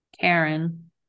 karen